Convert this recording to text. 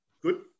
Good